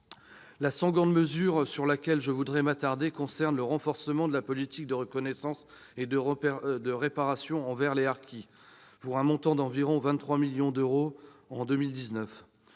La seconde mesure sur laquelle je voudrais m'attarder concerne le renforcement de la politique de reconnaissance et de réparation envers les harkis, pour un montant d'environ 23 millions d'euros en 2019.